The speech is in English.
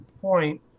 point